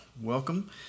Welcome